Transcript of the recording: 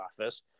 office